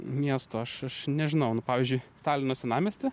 miesto aš aš nežinau nu pavyzdžiui talino senamiesty